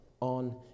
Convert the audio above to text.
on